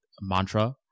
mantra